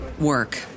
work